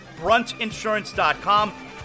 bruntinsurance.com